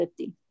50